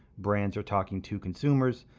brands are talking to consumers,